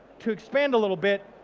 to expand a little bit,